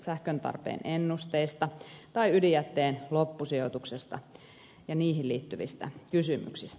sähköntarpeen ennusteista tai ydinjätteen loppusijoituksesta ja niihin liittyvistä kysymyksistä